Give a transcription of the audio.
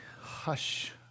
hush